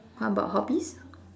how about hobbies